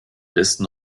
besten